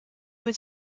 was